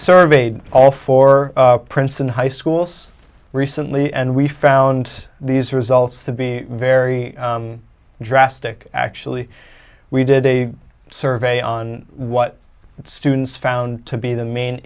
surveyed all four princeton high schools recently and we found these results to be very drastic actually we did a survey on what students found to be the main